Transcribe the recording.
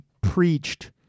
preached